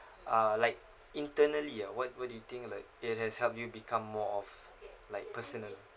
uh like internally ah what what do you think like it has helped you become more of like personal